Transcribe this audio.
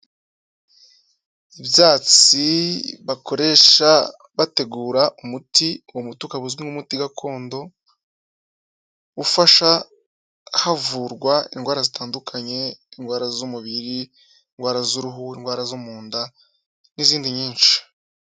Ibyatsi bakoresha bategura umuti uwo muti ukaba uzwi nk'umuti gakondo, ufasha havurwa indwara zitandukanye, indwara z'umubiri, indwara z'uruhu, indwara zo mu nda n'izindi nyinshi.